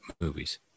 movies